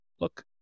look